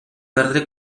perdre